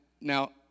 now